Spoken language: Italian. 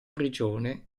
prigione